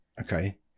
Okay